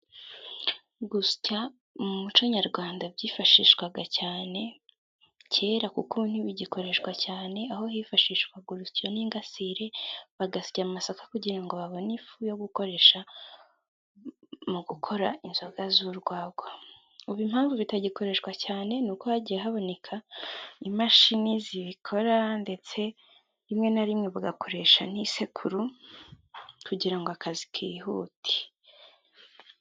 Gusya mu muco nyarwanda byifashishwaga cyane kera, kuko ntibigikoreshwa cyane aho hifashishwaga urusyo n'ingasire bagasya amasaka, kugira ngo babone ifu yo gukoresha mu gukora inzoga z'urwagwa, ubu impamvu bitagikoreshwa cyane ni uko hagiye haboneka imashini zibikora ndetse rimwe na rimwe bagakoresha n'isekuru, kugirango ngo akazi kihute.